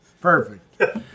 Perfect